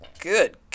Good